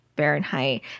Fahrenheit